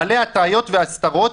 מלא הטעיות והסתרות,